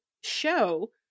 Show